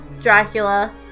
Dracula